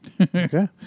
Okay